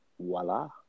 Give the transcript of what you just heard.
voila